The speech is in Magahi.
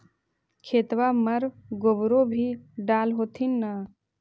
खेतबा मर गोबरो भी डाल होथिन न?